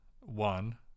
one